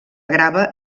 grava